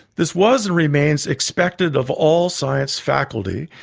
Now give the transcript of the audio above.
this was and remains expected of all science faculty,